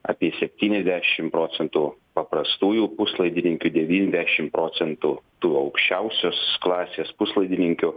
apie septyniasdešim procentų paprastųjų puslaidininkių devyndešim procentų tų aukščiausios klasės puslaidininkių